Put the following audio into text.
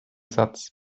satz